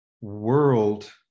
world